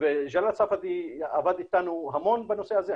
וג'לאל ספדי עבד איתנו המון בנושא הזה,